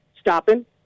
Stopping